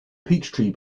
peachtree